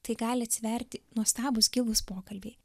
tai gali atsiverti nuostabūs gilūs pokalbiai